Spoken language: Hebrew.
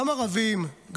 גם ערבים,